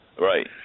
Right